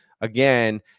again